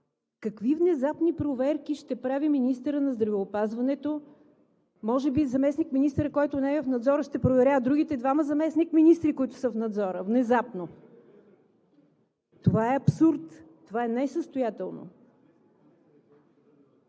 Какви внезапни проверки ще прави министърът на здравеопазването? Може би заместник-министърът, който не е в Надзора, ще проверява внезапно другите двама заместник-министри, които са в Надзора? Това е абсурд! Това е несъстоятелно.